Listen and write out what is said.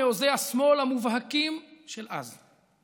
מעוזי השמאל המובהקים של אז.